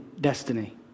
Destiny